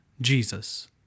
Jesus